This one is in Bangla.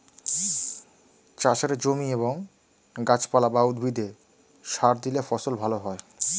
চাষের জমি এবং গাছপালা বা উদ্ভিদে সার দিলে ফসল ভালো হয়